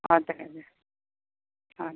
हजुर हजुर